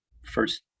first